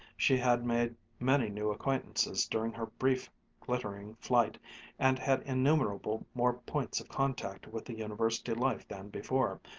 she had made many new acquaintances during her brief glittering flight and had innumerable more points of contact with the university life than before.